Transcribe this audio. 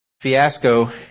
fiasco